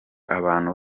abantu